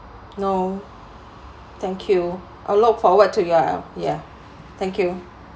no thank you I'll look forward to your yeah thank you